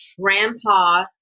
grandpa